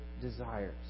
desires